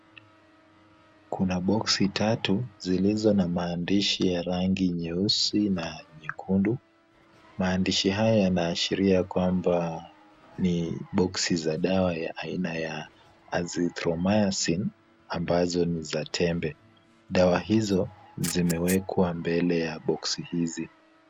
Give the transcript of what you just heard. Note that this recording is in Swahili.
Kuna boksi tatu zilizo na maandishi ya rangi nyeusi na nyekundu. Maandishi haya yanaashiria kwamba ni boksi za dawa ya aina ya azithromycin ambazo ni za tembe. Dawa hizo zimewekwa mbele ya boksi hizi.